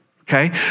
Okay